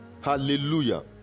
Hallelujah